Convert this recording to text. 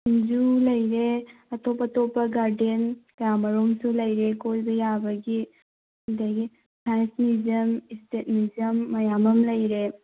zoo ꯂꯩꯔꯦ ꯑꯇꯣꯞ ꯑꯇꯣꯞꯄ ꯒꯥꯔꯗꯦꯟ ꯀꯌꯥ ꯑꯃꯔꯣꯝꯁꯨ ꯂꯩꯔꯦ ꯀꯣꯏꯕ ꯌꯥꯕꯒꯤ ꯑꯗꯒꯤ ꯁꯥꯏꯟꯁ ꯃ꯭ꯌꯨꯖꯤꯌꯝ ꯏꯁꯇꯦꯠ ꯃ꯭ꯌꯨꯖꯤꯌꯝ ꯃꯌꯥꯝ ꯑꯃ ꯂꯩꯔꯦ